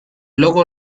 logo